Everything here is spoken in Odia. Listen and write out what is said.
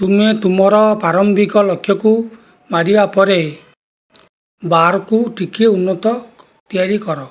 ତୁମେ ତୁମର ପାରମ୍ଭିକ ଲକ୍ଷ୍ୟକୁ ମାରିବା ପରେ ବାରକୁ ଟିକିଏ ଉନ୍ନତ ତିଆରି କର